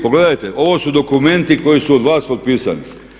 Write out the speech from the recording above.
Pogledajte, ovo su dokumenti koji su od vas potpisani.